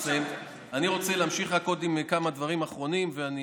אני רוצה להמשיך עם עוד כמה דברים אחרונים ואני